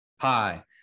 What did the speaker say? Hi